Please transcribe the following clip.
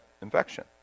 infection